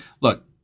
look